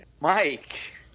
mike